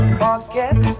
forget